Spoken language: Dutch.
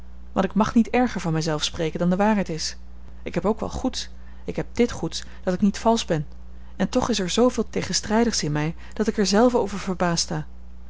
want ik mag niet erger van mij zelve spreken dan de waarheid is ik heb ook wel goeds ik heb dit goeds dat ik niet valsch ben en toch is er zooveel tegenstrijdigs in mij dat ik er zelve over verbaasd